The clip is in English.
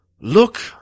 look